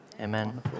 Amen